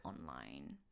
online